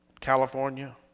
California